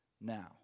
now